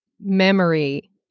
memory